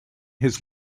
his